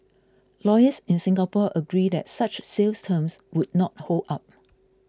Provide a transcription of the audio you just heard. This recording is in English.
lawyers in Singapore agree that such sales terms would not hold up